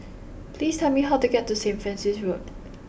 please tell me how to get to St Francis Road